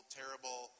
terrible